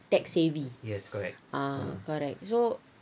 tech savvy ah correct so